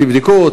תבדקו,